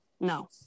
no